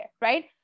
right